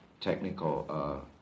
technical